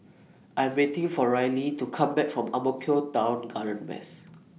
I'm waiting For Ryley to Come Back from Ang Mo Kio Town Garden West